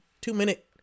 Two-minute